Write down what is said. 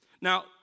Now